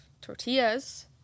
tortillas